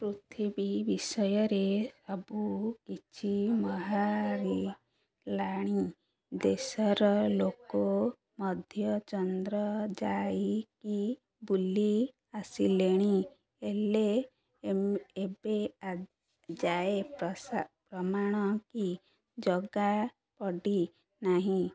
ପୃଥିବୀ ବିଷୟରେ ସବୁ କିଛି ବାହାରିଲାଣି ଦେଶର ଲୋକ ମଧ୍ୟ ଚନ୍ଦ୍ର ଯାଇକି ବୁଲି ଆସିଲେଣି ହେଲେ ଏବେ ଯାଏ ପ୍ରମାଣ କି ଯୋଗା ପଡ଼ି ନାହିଁ